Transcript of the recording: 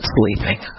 sleeping